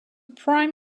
prime